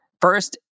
First